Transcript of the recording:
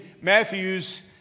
Matthew's